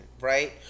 right